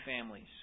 families